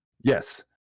Yes